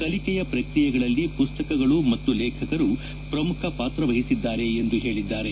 ಕಲಿಕೆಯ ಪ್ರಕ್ರಿಯೆಗಳಲ್ಲಿ ಮಸ್ತಕಗಳು ಮತ್ತು ಲೇಖಕರು ಪ್ರಮುಖ ಪಾತ್ರ ವಹಿಸಿದ್ದಾರೆ ಎಂದು ಹೇಳಿದ್ದಾರೆ